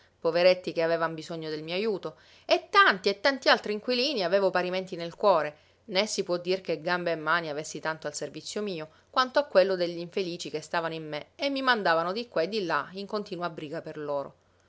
poveretti che avevan bisogno del mio ajuto e tanti e tanti altri inquilini avevo parimenti nel cuore né si può dir che gambe e mani avessi tanto al servizio mio quanto a quello degli infelici che stavano in me e mi mandavano di qua e di là in continua briga per loro